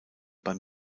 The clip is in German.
beim